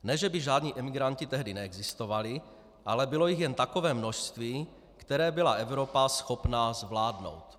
Ne že by žádný imigranti tehdy neexistovali, ale bylo jich jen takové množství, které byla Evropa schopná zvládnout.